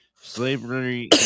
slavery